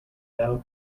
thou